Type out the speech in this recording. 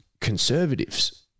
conservatives